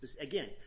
again